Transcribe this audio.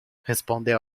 respondeu